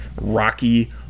rocky